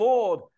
Lord